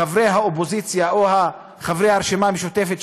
חברי האופוזיציה או חברי הרשימה המשותפת,